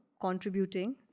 contributing